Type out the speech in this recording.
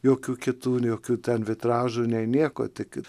jokių kitų jokių ten vitražų nei nieko tik